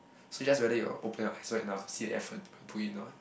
so it's just whether you open your eyes wide enough to see the effort you put in or not